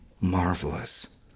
Marvelous